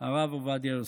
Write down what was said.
הרב עובדיה יוסף: